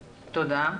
תודה.